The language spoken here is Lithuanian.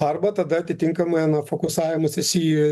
arba tada atitinkamai ana fokusavimasis į